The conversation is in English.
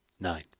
Nine